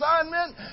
assignment